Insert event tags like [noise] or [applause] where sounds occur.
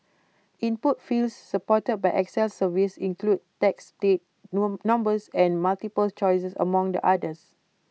input fields supported by excel surveys include text date [hesitation] numbers and multiple choices among the others